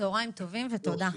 צהריים טובים ותודה.